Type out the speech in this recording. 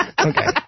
Okay